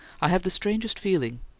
i have the strangest feeling.